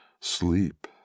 Sleep